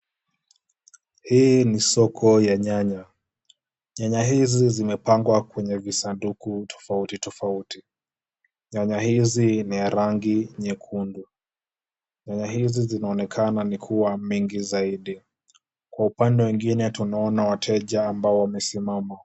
Hii ni soko ya nyanya. Nyanya hizi zimepangwa kwenye visanduku tofauti tofauti. Nyanya hizi ni ya rangi nyekundu. Nyanya hizi zinaonekana ni kuwa mingi zaidi. Kwa upande wengine tunaona wateja ambao wamesimama.